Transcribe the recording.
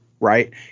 Right